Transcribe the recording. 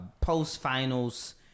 post-finals